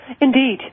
Indeed